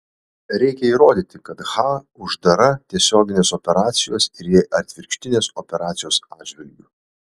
reikia įrodyti kad h uždara tiesioginės operacijos ir jai atvirkštinės operacijos atžvilgiu